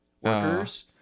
workers